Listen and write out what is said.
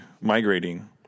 migrating